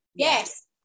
yes